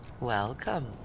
Welcome